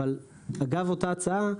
אגב אותה הצעה,